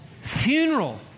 Funeral